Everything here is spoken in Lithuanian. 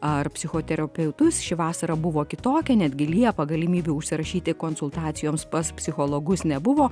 ar psichoterapeutus ši vasara buvo kitokia netgi liepą galimybių užsirašyti konsultacijoms pas psichologus nebuvo